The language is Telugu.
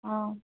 ఆ